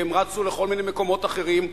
והם רצו לכל מיני מקומות אחרים,